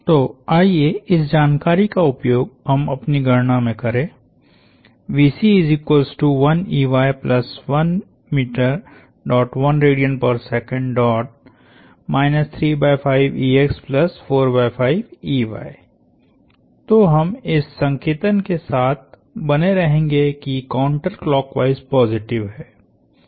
तो आइए इस जानकारी का उपयोग हम अपनी गणना में करें तोहम इस संकेतन के साथ बने रहेंगे कि काउंटर क्लॉकवाइस पॉजिटिव है